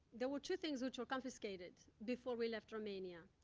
there were two things which were confiscated before we left romania.